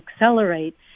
accelerate